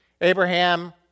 Abraham